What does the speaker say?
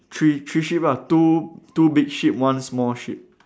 three three sheep ah two two big sheep one small sheep